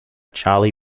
charlie